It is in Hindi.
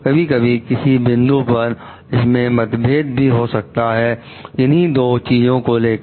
कभी कभी किसी बिंदु पर इनमें मतभेद भी हो सकता है किन्ही दो चीजों को लेकर